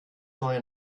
neue